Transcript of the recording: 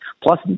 Plus